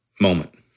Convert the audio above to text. moment